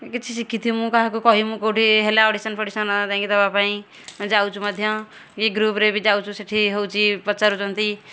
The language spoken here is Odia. କିଛି ଶିଖିଥିବୁ କାହାକୁ କହିବୁ କେଉଁଠି ହେଲା ଅଡ଼ିସନ୍ ଫଡ଼ିସନ୍ ଯାଇକି ଦେବା ପାଇଁ ଯାଉଛୁ ମଧ୍ୟ ଇଗ୍ରୁପ୍ରେ ବି ଯାଉଛୁ ସେଠି ହେଉଛି ପଚାରୁଛନ୍ତି